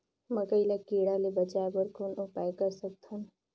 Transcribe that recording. मकई ल कीड़ा ले बचाय बर कौन उपाय कर सकत हन?